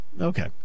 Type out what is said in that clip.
okay